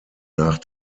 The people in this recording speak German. nach